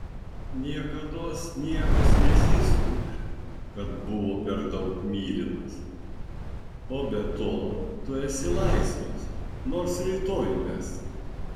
niekados niekas nesiskundė kad buvo per daug mylimas o be to tu esi laisvas nors rytoj mesk